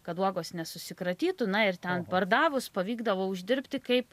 kad uogos nesusikratytų na ir ten pardavus pavykdavo uždirbti kaip